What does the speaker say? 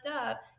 up